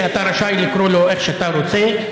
שאתה רשאי לקרוא לו איך שאתה רוצה,